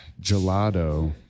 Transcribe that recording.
gelato